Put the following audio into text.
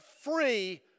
free